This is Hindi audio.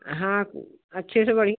हाँ अच्छी सी बढ़ि